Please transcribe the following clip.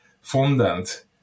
fondant